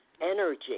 energy